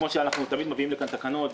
כפי שאנחנו תמיד מביאים לכאן תקנות,